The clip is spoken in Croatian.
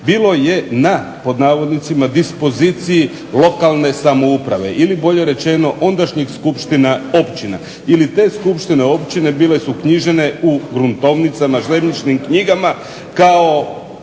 bilo je na pod navodnicima dispoziciji lokalne samouprave ili bolje rečeno ondašnjih skupština općina ili te skupštine, općine bile su uknjižene u gruntovnicama, zemljišnim knjigama,